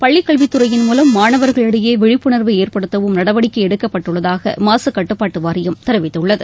பள்ளிக்கல்வித்துறையின் மூலம் மாணவர்களிடையே விழிப்புணர்வை ஏற்படுத்தவும் நடவடிக்கை எடுக்கப்பட்டுள்ளதாக மாசுக்கட்டுப்பாட்டு வாரியம் தெரிவித்துள்ளது